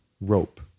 rope